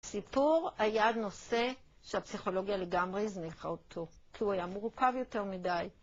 הסיפור היה נושא שהפסיכולוגיה לגמרי הזניחה אותו כי הוא היה מורכב יותר מדי